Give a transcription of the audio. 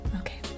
okay